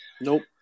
Nope